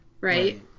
right